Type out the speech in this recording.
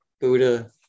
Buddha